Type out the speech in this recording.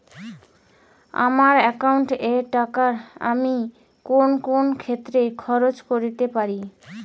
আমার একাউন্ট এর টাকা আমি কোন কোন ক্ষেত্রে খরচ করতে পারি?